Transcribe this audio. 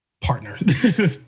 partner